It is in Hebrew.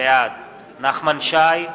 בעד נחמן שי,